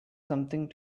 something